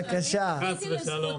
חס וחלילה.